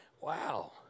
wow